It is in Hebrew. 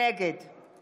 נגד יצחק